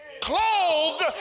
clothed